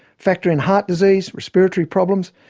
factor in heart disease, respiratory problems,